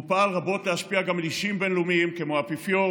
והוא פעל רבות להשפיע גם על אישים בין-לאומיים כמו האפיפיור